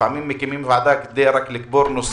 לפעמים מקימים ועדה רק כדי לקבור נושא.